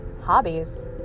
hobbies